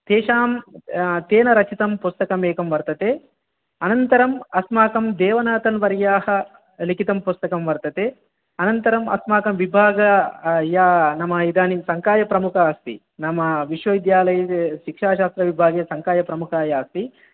तेषां तेन रचितं पुस्तकमेकं वर्तते अनन्तरम् अस्माकं देवनाथन् वर्याः लिखितं पुस्तकं वर्तते अनन्तरम् अस्माकं विभाग या इदानीं सङ्कायप्रमुखः अस्ति नाम विश्वविद्यालये शिक्षाशास्त्रविभागे सङ्कायप्रमुखा या अस्ति